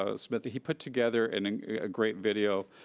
ah smith, he put together and and a great video,